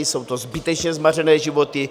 Jsou to zbytečně zmařené životy.